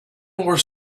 were